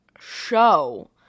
show